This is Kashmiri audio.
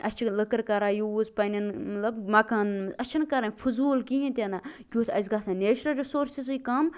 اَسہِ چھِ لٔکٕر کران یوٗز پَنہٕ نیٚن مطلب مَکانن منٛز أسۍ چھِنہٕ کران فٔضوٗل کِہیٖنٛۍ تہِ نہٕ کِیُتھ آسہِ گژھان نیٚچرل رِسورسٕزٕے کَم